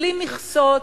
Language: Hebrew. בלי מכסות,